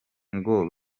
ngo